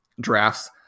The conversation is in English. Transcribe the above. drafts